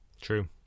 True